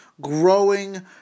growing